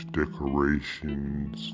decorations